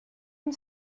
une